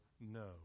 no